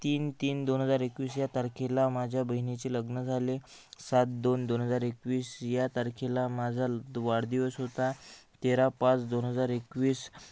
तीन तीन दोन हजार एकवीस या तारखेला माझ्या बहिणीचे लग्न झाले सात दोन दोन हजार एकवीस या तारखेला माझा वाढदिवस होता तेरा पाच दोन हजार एकवीस